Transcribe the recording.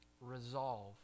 Resolve